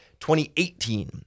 2018